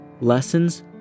lessons